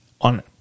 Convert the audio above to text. On